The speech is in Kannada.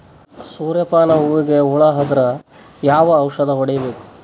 ಸೂರ್ಯ ಪಾನ ಹೂವಿಗೆ ಹುಳ ಆದ್ರ ಯಾವ ಔಷದ ಹೊಡಿಬೇಕು?